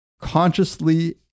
consciously